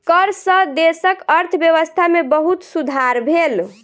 कर सॅ देशक अर्थव्यवस्था में बहुत सुधार भेल